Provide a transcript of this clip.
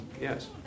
Yes